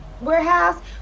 Warehouse